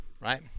right